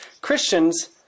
Christians